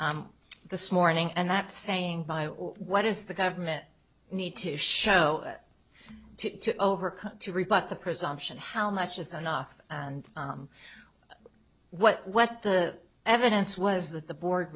started this morning and that's saying buy or what is the government need to show to overcome to rebut the presumption how much is enough and what what the evidence was that the board